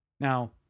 Now